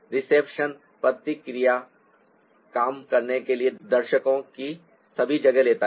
reception प्रतिक्रिया काम करने के लिए दर्शकों कि सभी जगह लेता है